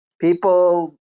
people